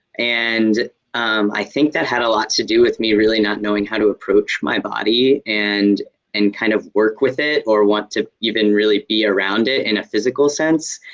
and i think that had a lot to do with me really not knowing how to approach my body, and and kind of work with it or want to even really be around it in a physical sense.